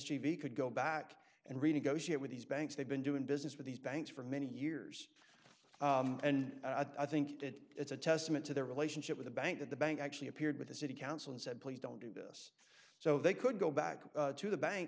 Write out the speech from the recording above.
v could go back and renegotiate with these banks they've been doing business with these banks for many years and i think that it's a testament to their relationship with the bank that the bank actually appeared with the city council and said please don't do this so they could go back to the bank